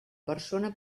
persona